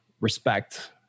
respect